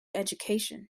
education